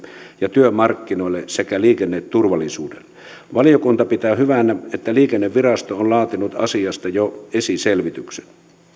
ja työmarkkinoihin sekä liikenneturvallisuuteen valiokunta pitää hyvänä että liikennevirasto on laatinut asiasta jo esiselvityksen